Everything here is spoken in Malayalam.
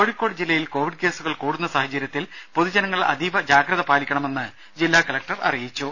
കോഴിക്കോട് ജില്ലയിൽ കോവിഡ് കേസുകൾ കൂടുന്ന സാഹചര്യത്തിൽ പൊതുജനങ്ങൾ അതീവ ജാഗ്രതപാലിക്കണമെന്ന് ജില്ലാ കലക്ടർ അറിയിച്ചു